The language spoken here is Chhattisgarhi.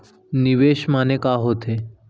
निवेश माने का होथे?